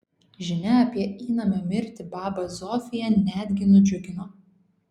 žinia apie įnamio mirtį babą zofiją netgi nudžiugino